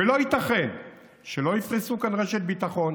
ולא ייתכן שלא יפרסו כאן רשת ביטחון,